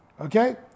Okay